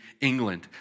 England